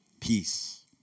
Peace